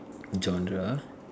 genre